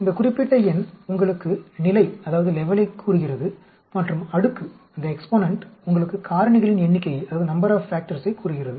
இந்த குறிப்பிட்ட எண் உங்களுக்கு நிலையைக் கூறுகிறது மற்றும் அடுக்கு உங்களுக்குகாரணிகளின் எண்ணிக்கையைக் கூறுகிறது